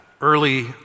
early